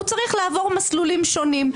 הוא צריך לעבור מסלולים שונים.